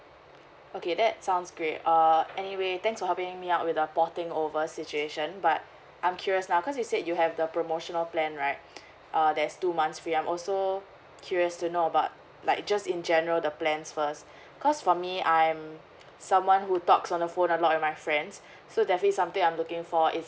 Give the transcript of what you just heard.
okay that sounds great uh anyway thanks for having me out with the porting over situation but I'm curious lah because you said you have the promotional plan right uh there's two months free I'm also curious to know about like just in general the plans first because for me I'm someone who talks on the phone a lot of my friends so definitely something I'm looking for is